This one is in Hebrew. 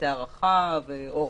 בתי ההארחה והאוכל.